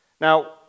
Now